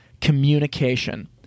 Communication